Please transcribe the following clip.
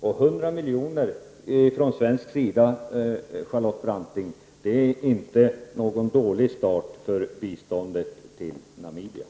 100 milj.kr. från svensk sida, Charlotte Branting, är inte någon dålig start för biståndet till Namibia.